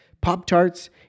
Pop-Tarts